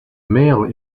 male